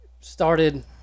Started